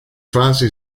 fasi